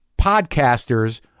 podcasters